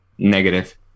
negative